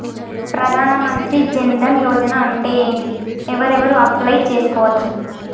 ప్రధాన మంత్రి జన్ ధన్ యోజన అంటే ఏంటిది? ఎవరెవరు అప్లయ్ చేస్కోవచ్చు?